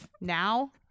Now